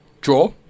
draw